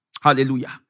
Hallelujah